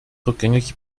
rückgängig